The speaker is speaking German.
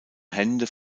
hände